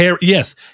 Yes